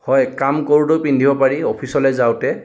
হয় কাম কৰোঁতেও পিন্ধিব পাৰি অফিচলৈ যাওঁতে